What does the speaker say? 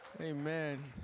Amen